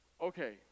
Okay